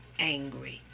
angry